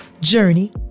journey